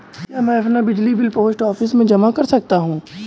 क्या मैं अपना बिजली बिल पोस्ट ऑफिस में जमा कर सकता हूँ?